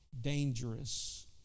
dangerous